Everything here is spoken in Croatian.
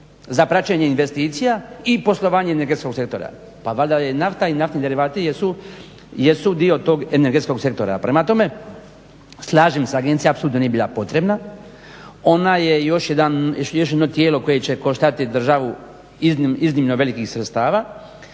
za praćenje investicija i poslovanje energetskog centara. Pa valjda je nafta i naftni derivati jesu dio tog energetskog sektora. Prema tome, slažem se agencija apsolutno nije bila potrebna, ona je još jedno tijelo koje će koštati državu iznimno velikih sredstava.